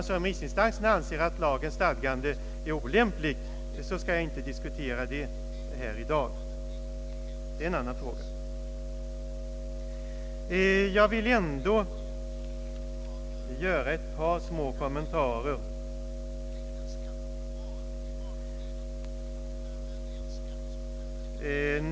Frågan om lagens stadgande är olämpligt, skall jag inte diskutera här i dag. Det är en annan fråga. Jag vill ändå göra ett par små kommentarer.